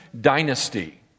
dynasty